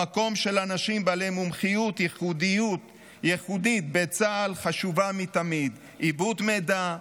המקום של אנשים בעלי מומחיות ייחודית בצה"ל חשוב מתמיד: עיבוד מידע,